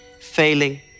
failing